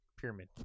Pyramid